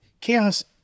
chaos